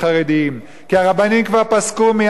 כי הרבנים כבר פסקו מאז ומעולם,